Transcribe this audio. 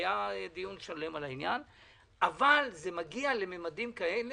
היה דיון שלם על העניין אבל זה מגיע לממדים כאלה,